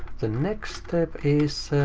the next step is,